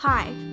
Hi